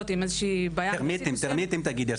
עם איזושהי בעיה --- טרמיטים תגידי.